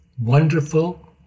wonderful